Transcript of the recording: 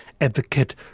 advocate